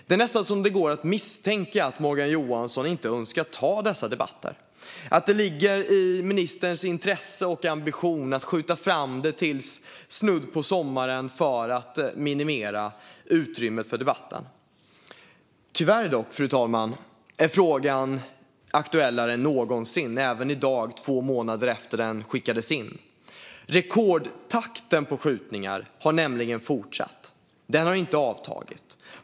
Det går nästan att misstänka att Morgan Johansson inte önskar ta dessa debatter, att det ligger i ministerns intresse och är hans ambition att skjuta fram detta nästan till sommaren för att minimera utrymmet för debatten. Fru talman! Tyvärr är frågan aktuellare än någonsin även i dag två månader efter att den skickades in. Rekordtakten i skjutningarna har nämligen fortsatt. Den har inte avtagit.